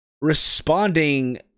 responding